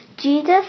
Jesus